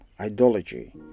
ideology